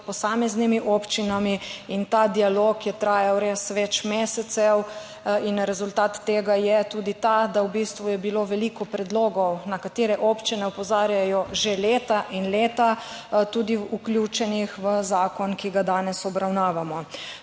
posameznimi občinami. Ta dialog je trajal res več mesecev in rezultat tega je tudi ta, da je bilo v bistvu veliko predlogov, na katere občine opozarjajo že leta in leta, tudi vključenih v zakon, ki ga danes obravnavamo.